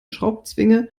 schraubzwinge